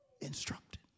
instructed